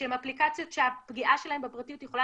שהן אפליקציות שהפגיעה שלהם בפרטיות יכולה